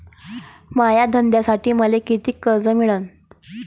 माया धंद्यासाठी मले कितीक कर्ज मिळनं?